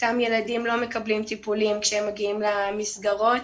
אותם ילדים לא מקבלים טיפולים כשהם מגיעים למסגרות,